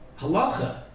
halacha